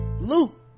Luke